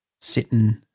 sitting